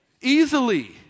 Easily